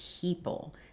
people